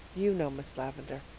you know, miss lavendar.